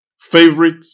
Favorite